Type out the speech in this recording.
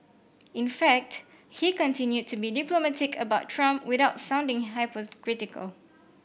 in fact he continued to be diplomatic about Trump without sounding hypocritical